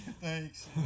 Thanks